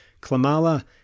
Klamala